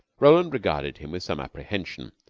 roland regarded him with some apprehension.